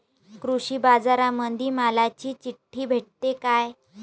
कृषीबाजारामंदी मालाची चिट्ठी भेटते काय?